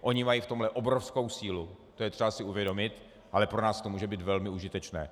Oni mají v tomto obrovskou sílu, to je třeba si uvědomit, ale pro nás to může být velmi užitečné.